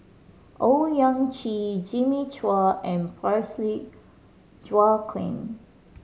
Owyang Chi Jimmy Chua and Parsick Joaquim